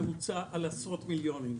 זה הממוצע על עשרות מיליונים.